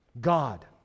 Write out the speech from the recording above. God